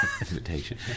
invitation